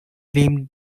gleamed